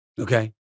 Okay